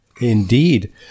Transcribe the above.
Indeed